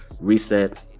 reset